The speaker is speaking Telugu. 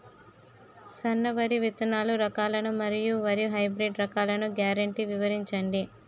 సన్న వరి విత్తనాలు రకాలను మరియు వరి హైబ్రిడ్ రకాలను గ్యారంటీ వివరించండి?